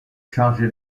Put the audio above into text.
chargé